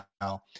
now